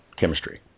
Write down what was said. chemistry